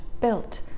built